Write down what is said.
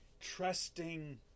trusting